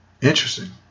Interesting